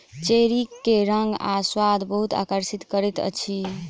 cherry के रंग आ स्वाद बहुत आकर्षित करैत अछि